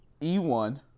E1